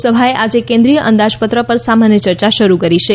લોકસભાએ આજે કેન્દ્રીય અંદાજપત્ર પર સામાન્ય ચર્ચા શરૂ કરી છે